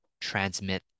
transmit